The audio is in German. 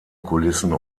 kulissen